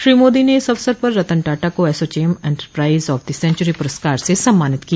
श्री मोदी ने इस अवसर पर रतन टाटा को ASSOCHAM enterprise of the century पुरस्कार से सम्मानित किया